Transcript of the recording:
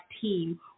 team